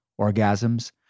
orgasms